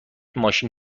ماشین